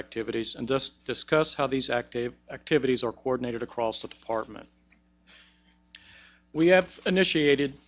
activities and just discuss how these active activities are coordinated across the department we have initiated